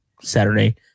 Saturday